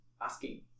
asking